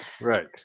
Right